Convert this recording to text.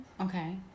okay